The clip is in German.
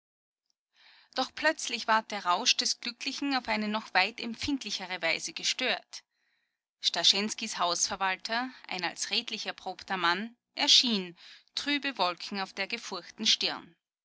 doch plötzlich ward der rausch des glücklichen auf eine noch weit empfindlichere weise gestört starschenskys hausverwalter ein als redlich erprobter mann erschien trübe wolken auf der gefurchten stirn